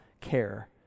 care